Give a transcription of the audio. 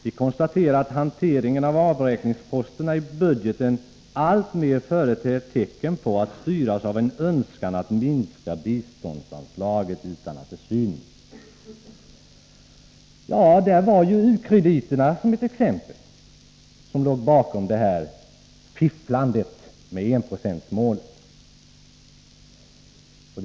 Vi konstaterar att hanteringen av avräkningsposterna i budgeten alltmer företer tecken på att styras av en önskan att minska biståndsanslaget utan att det syns.” Där fanns u-krediterna som exempel på vad som låg bakom fifflet med enprocentsmålet.